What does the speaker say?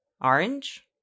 Orange